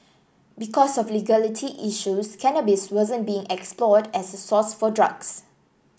because of legality issues cannabis wasn't being explored as a source for drugs